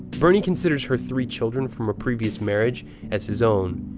bernie considers her three children from a previous marriage as his own.